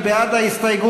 מי בעד ההסתייגות?